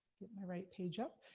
get my right page up.